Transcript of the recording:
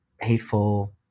hateful